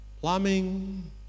plumbing